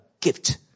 gift